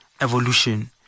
evolution